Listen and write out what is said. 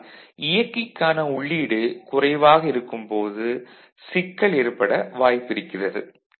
ஆனால் இயக்கிக்கான உள்ளீடு குறைவாக இருக்கும்போது சிக்கல் ஏற்பட வாய்ப்பிருக்கிறது